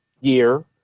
year